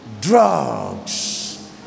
drugs